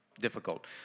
Difficult